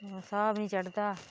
साह् बी नी चदा